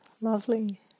Lovely